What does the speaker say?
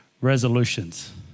resolutions